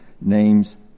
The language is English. name's